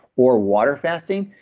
or water fasting,